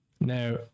Now